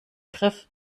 griff